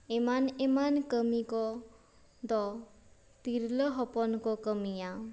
ᱮᱢᱟᱱ ᱮᱢᱟᱱ ᱠᱟᱹᱢᱤ ᱠᱚ ᱫᱚ ᱛᱤᱨᱞᱟᱹ ᱦᱚᱯᱚᱱ ᱠᱚ ᱠᱟᱹᱢᱤᱭᱟ